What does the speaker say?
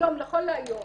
נכון להיום